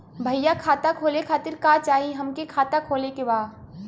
भईया खाता खोले खातिर का चाही हमके खाता खोले के बा?